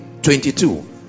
22